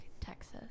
Texas